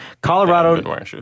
Colorado